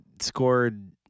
scored